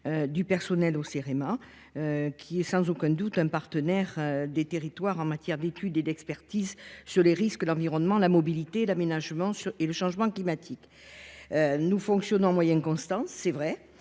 du personnel au Cerema, qui est un partenaire des territoires en matière d'études et d'expertise sur les risques, l'environnement, la mobilité et l'aménagement et le changement climatique. Nous fonctionnons à moyens constants, c'est vrai.